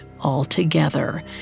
altogether